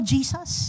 Jesus